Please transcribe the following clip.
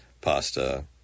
pasta